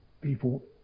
people